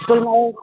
तुम